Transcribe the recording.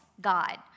God